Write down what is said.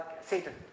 Satan